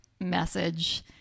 message